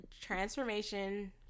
transformation